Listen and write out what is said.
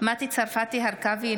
מטי צרפתי הרכבי,